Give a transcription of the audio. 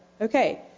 Okay